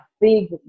big